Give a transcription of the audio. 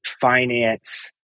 finance